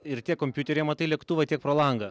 ir tiek kompiuteryje matai lėktuvą tiek pro langą